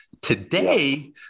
Today